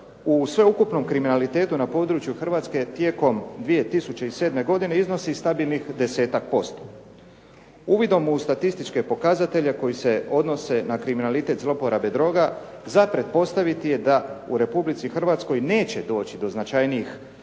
u sveukupnom kriminalitetu na području Hrvatske tijekom 2007. godine iznosi stabilnih 10-ak posto. Uvidom u statističke pokazatelje koji se odnose na kriminalitet zlouporabe droga za pretpostaviti je da u Republici Hrvatskoj neće doći do značajnijih